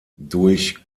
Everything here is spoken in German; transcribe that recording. durch